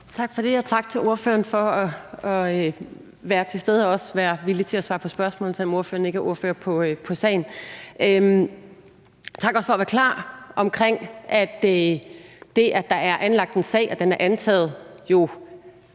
Tak for det, og tak til ordføreren for at være til stede og også være villig til at svare på spørgsmål, selv om ordføreren ikke er ordfører på sagen. Tak også for at være klar omkring, at det, at der er anlagt en sag, og at den er antaget, jo